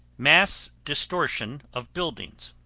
mass distortion of buildings.